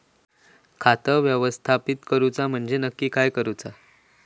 खाता व्यवस्थापित करूचा म्हणजे नक्की काय करूचा?